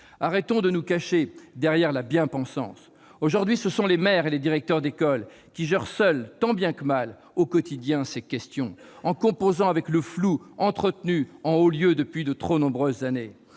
Arrêtons de nous cacher derrière la bien-pensance ! Aujourd'hui, ce sont les maires et les directeurs d'école qui gèrent seuls, tant bien que mal, ces questions au quotidien, en composant avec le flou entretenu en haut lieu depuis de trop nombreuses années.